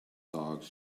dogs